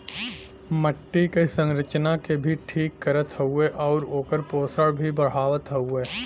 मट्टी क संरचना के भी ठीक करत हउवे आउर ओकर पोषण भी बढ़ावत हउवे